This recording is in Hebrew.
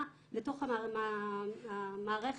את כל הדברים האלה צריך להנחיל בהטמעה בתוך המערכת,